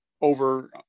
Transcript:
over